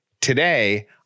Today